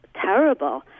terrible